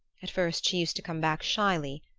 at first she used to come back shyly,